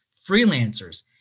freelancers